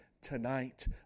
tonight